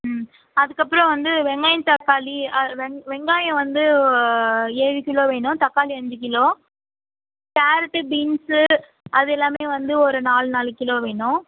அதுக்கப்புறம் வந்து வெங்காயம் தக்காளி அது வந்து வெங்காயம் வந்து ஏழு கிலோ வேணும் தக்காளி அஞ்சு கிலோ கேரட் பீன்ஸ் அது எல்லாமே வந்து ஒரு நாலு நாலு கிலோ வேணும்